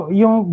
yung